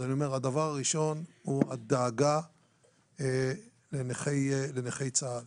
הדבר הראשון הוא הדאגה לנכי צה"ל.